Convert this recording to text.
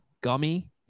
gummy